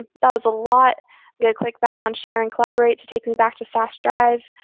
ah that was a lot going to click back on share and collaborate to take me back to sas drive.